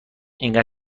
انقدر